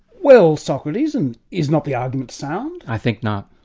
well socrates, and is not the argument sound? i think not.